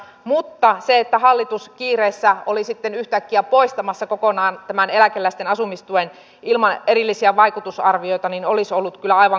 mutta se että hallitus kiireessä oli sitten yhtäkkiä poistamassa kokonaan tämän eläkeläisten asumistuen ilman erillisiä vaikutusarvioita olisi ollut kyllä aivan kohtuutonta